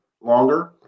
longer